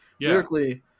lyrically